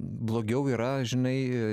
blogiau yra žinai